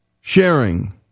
sharing